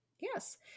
Yes